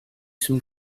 some